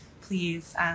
please